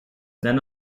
then